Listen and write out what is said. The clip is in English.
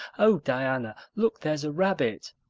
oh, diana, look, there's a rabbit.